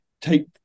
Take